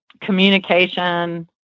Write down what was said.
Communication